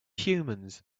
humans